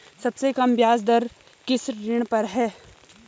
सबसे कम ब्याज दर किस ऋण पर है?